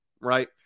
Right